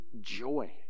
joy